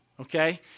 Okay